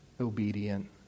obedient